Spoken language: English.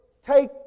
take